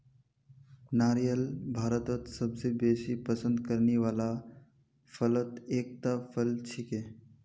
नारियल भारतत सबस बेसी पसंद करने वाला फलत एकता फल छिके